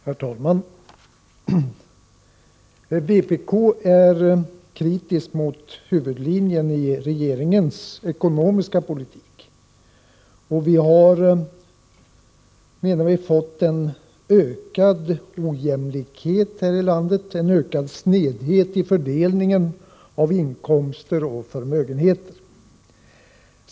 Herr talman! Vi i vänsterpartiet kommunisterna är kritiska mot huvudlinjen i regeringens ekonomiska politik. Vi har här i landet fått en ökad ojämlikhet, en ökad snedhet i fördelningen av inkomster och förmögenheter.